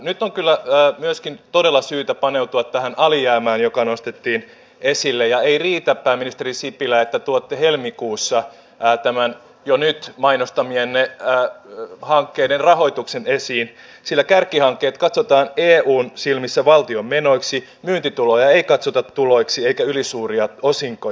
nyt on myöskin todella syytä paneutua tähän alijäämään joka nostettiin esille ja ei riitä pääministeri sipilä että tuotte helmikuussa tämän jo nyt mainostamienne hankkeiden rahoituksen esiin sillä kärkihankkeet katsotaan eun silmissä valtion menoiksi myyntituloja ei katsota tuloiksi eikä ylisuuria osinkoja